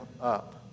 up